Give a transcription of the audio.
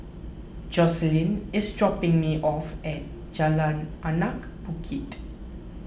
Joseline is dropping me off at Jalan Anak Bukit